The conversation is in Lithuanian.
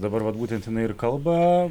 dabar vat būtent jinai ir kalba